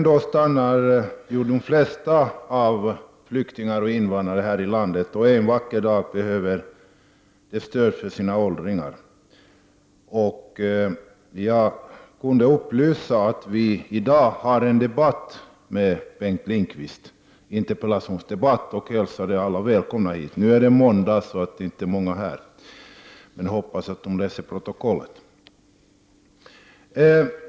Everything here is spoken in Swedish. De flesta flyktingar och invandrare stannar ändå kvar här i landet. En vacker dag behövs stöd för åldringarna. Jag kunde då upplysa om att vi i dag har en interpellationsdebatt med Bengt Lindqvist och jag hälsade alla välkomna hit. Nu är det måndag, och därför är det inte så många närvarande här. Jag hoppas dock att de läser protokollet.